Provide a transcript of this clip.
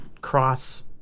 cross